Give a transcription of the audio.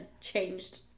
changed